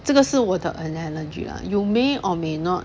这个是我的 analogy lah you may or may not